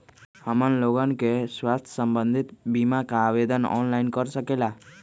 हमन लोगन के स्वास्थ्य संबंधित बिमा का आवेदन ऑनलाइन कर सकेला?